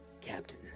captain